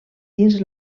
dins